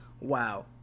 wow